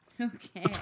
Okay